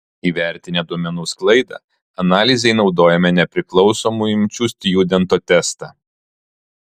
įvertinę duomenų sklaidą analizei naudojome nepriklausomų imčių stjudento testą